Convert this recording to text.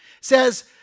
says